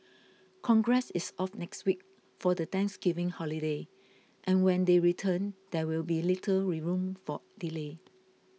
congress is off next week for the Thanksgiving holiday and when they return there will be little we room for delay